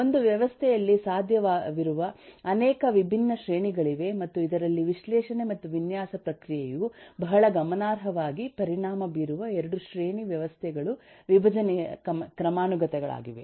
ಒಂದು ವ್ಯವಸ್ಥೆಯಲ್ಲಿ ಸಾಧ್ಯವಿರುವ ಅನೇಕ ವಿಭಿನ್ನ ಶ್ರೇಣಿಗಳಿವೆ ಮತ್ತು ಇದರಲ್ಲಿ ವಿಶ್ಲೇಷಣೆ ಮತ್ತು ವಿನ್ಯಾಸ ಪ್ರಕ್ರಿಯೆಯು ಬಹಳ ಗಮನಾರ್ಹವಾಗಿ ಪರಿಣಾಮ ಬೀರುವ 2 ಶ್ರೇಣಿ ವ್ಯವಸ್ಥೆಗಳು ವಿಭಜನೆಯ ಕ್ರಮಾನುಗತಗಳಾಗಿವೆ